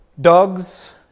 Dogs